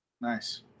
Nice